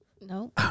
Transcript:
No